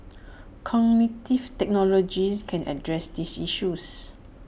cognitive technologies can address these issues